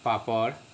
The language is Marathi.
पापड